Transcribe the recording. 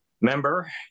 member